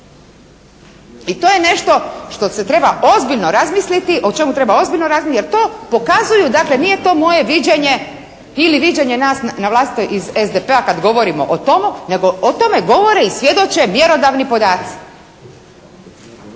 I to je nešto što se treba ozbiljno razmisliti, o čemu treba razmisliti jer to pokazuju, dakle nije to moje viđenje ili viđenje nas na vlastito iz SDP-a kada govorimo o tomu nego o tome govore i svjedoče mjerodavni podaci.